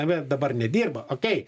armija dabar nedirba okei